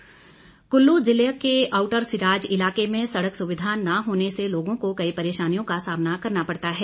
outer Seraj Kullu जिला के आउटर सिराज इलाके में सड़क सुविधा न होने से लोगों को कई परेशानियों का सामना करना पड़ता है